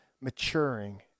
maturing